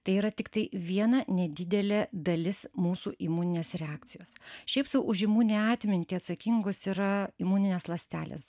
tai yra tiktai viena nedidelė dalis mūsų imuninės reakcijos šiaip sau už imuninę atmintį atsakingos yra imuninės ląstelės